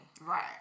Right